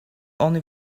only